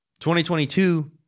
2022